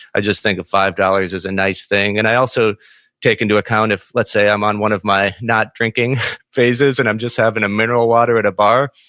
i just think five dollars is a nice thing, and i also take into account of let's say i'm on one of my not drinking phases and i'm just having a mineral water at a bar,